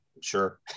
sure